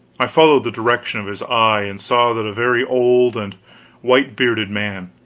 i followed the direction of his eye, and saw that a very old and white-bearded man,